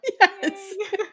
Yes